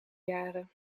jaren